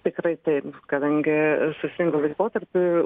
tikrai taip kadangi sausringu laikotarpiu